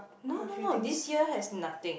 no no no this year has nothing